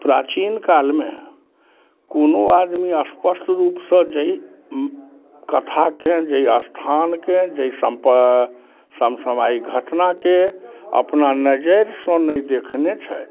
प्राचीन कालमे कोनो आदमी स्पष्ट रूप सँ जाइ कथाके जाहि स्थानके जाहि समसामयिक घटनाके अपना नजरिसँ नहि देखने छथि